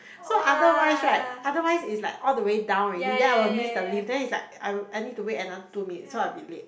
so otherwise right otherwise is like all the way down already then I will miss the lift then is like I will I need to wait another two minute so I'll be late